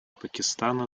пакистана